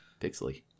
Pixely